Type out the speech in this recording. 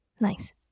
Nice